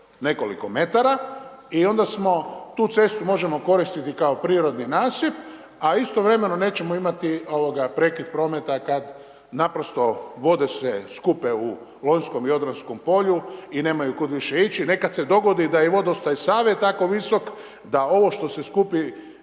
nekoliko metara. I onda smo, tu cestu možemo koristiti kao prirodni nasip a istovremeno nećemo imati prekid prometa kad naprosto vode se skupe u Lonjskom i Odranskom polju i nemaju kud više ići. Nekada se dogodi da je i vodostaj Save tako visok da ovo što se skupi